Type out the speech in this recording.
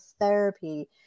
therapy